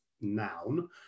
noun